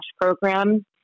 program